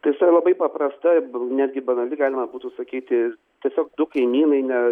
tiesa labai paprasta ir netgi banali galima būtų sakyti tiesiog du kaimynai ne